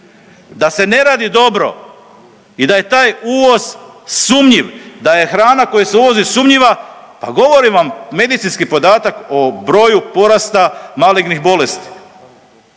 Da se ne radi dobro i da je taj uvoz sumnjiv, da je hrana koja se uvozi sumnjiva pa govori vam medicinski podatak o broju porasta malignih bolesti.